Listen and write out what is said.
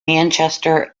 manchester